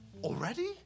Already